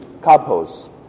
couples